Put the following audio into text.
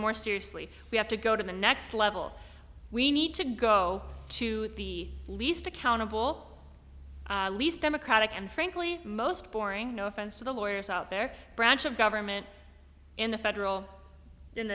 more seriously we have to go to the next level we need to go to the least accountable least democratic and frankly most boring no offense to the lawyers out there branch of government in the federal t